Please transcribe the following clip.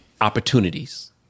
opportunities